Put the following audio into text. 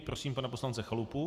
Prosím pana poslance Chalupu.